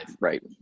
Right